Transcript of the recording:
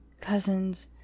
cousin's